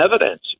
evidence